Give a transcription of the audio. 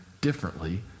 differently